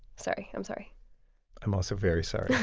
sorry. i'm sorry i'm also very sorry